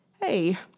hey